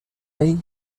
ell